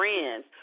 friends